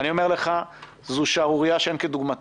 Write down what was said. אני אומר לך: זו שערורייה שאין כדוגמתה.